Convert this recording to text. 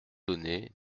donné